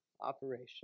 operation